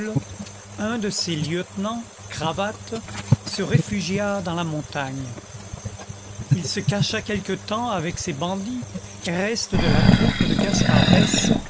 un de ses lieutenants cravatte se réfugia dans la montagne il se cacha quelque temps avec ses bandits reste de la troupe de gaspard